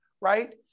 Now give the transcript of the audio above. right